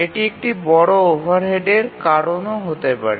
এটি একটি বড় ওভারহেডের কারণ হতে পারে